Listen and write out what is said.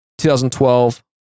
2012